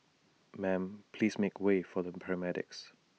ma'am please make way for the paramedics